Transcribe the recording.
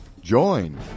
Join